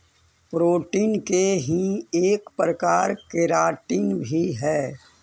protein के ही एक प्रकार केराटिन भी हई